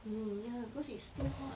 mm ya because it's too hot